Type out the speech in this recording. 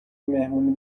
مهمونی